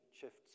shifts